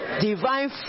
divine